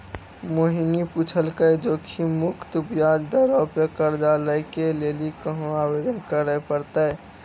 मोहिनी पुछलकै जोखिम मुक्त ब्याज दरो पे कर्जा लै के लेली कहाँ आवेदन करे पड़तै?